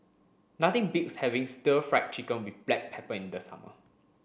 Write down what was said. nothing beats having stir fry chicken with black pepper in the summer